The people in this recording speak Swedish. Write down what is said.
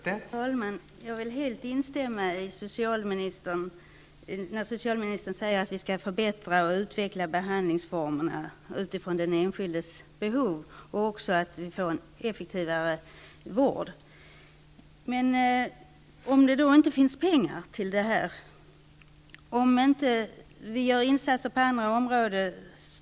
Fru talman! Jag vill helt instämma när socialministern säger att vi skall förbättra och utveckla behandlingsformerna utifrån den enskildes behov och skapa en effektivare vård. Men vad händer om det inte finns pengar till det här och vi inte gör insatser på andra områden?